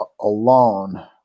alone